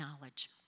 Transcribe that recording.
knowledge